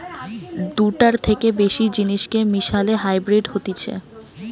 দুটার থেকে বেশি জিনিসকে মিশালে হাইব্রিড হতিছে